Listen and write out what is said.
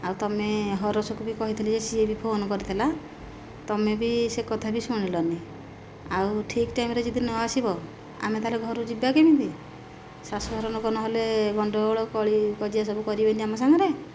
ଆଉ ତୁମେ ହରଷକୁ ବି କହିଥିଲି ଯେ ସିଏ ବି ଫୋନ କରିଥିଲା ତୁମେ ବି ସେ କଥା ବି ଶୁଣିଲନି ଆଉ ଠିକ୍ ଟାଇମରେ ଯଦି ନ ଆସିବ ଆମେ ତାହେଲେ ଘରୁ ଯିବା କେମିତି ଶାଶୁଘର ଲୋକ ନହେଲେ ଗଣ୍ଡଗୋଳ କଳି କଜିଆ ସବୁ କରିବେନି ଆମ ସାଙ୍ଗରେ